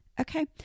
Okay